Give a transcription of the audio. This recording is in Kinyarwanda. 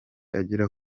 agera